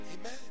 Amen